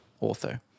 author